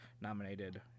nominated